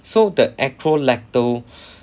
so the actual lactal